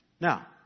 Now